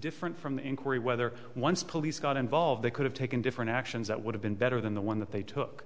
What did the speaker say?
different from the inquiry whether once police got involved they could have taken different actions that would have been better than the one that they took